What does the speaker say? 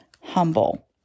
humble